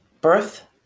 birth